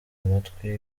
amatwi